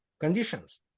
conditions